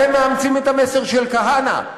אתם מאמצים את המסר של כהנא.